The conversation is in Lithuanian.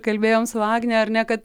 kalbėjom su agne ar ne kad